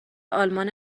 آلمان